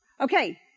Okay